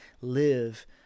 live